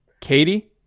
katie